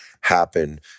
happen